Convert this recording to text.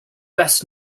best